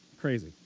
Crazy